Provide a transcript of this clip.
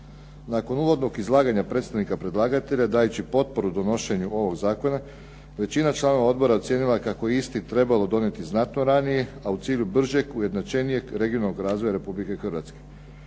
Nakon uvodnog izlaganja predstavnika predlaganja dajući potporu donošenju ovog zakona, većina članova odbora ocijenila je kako je isti trebalo donijeti znatno ranije, a u cilju bržeg, ujednačenijeg regionalnog razvoja Republike Hrvatske.